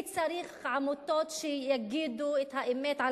מי צריך עמותות שיגידו את האמת על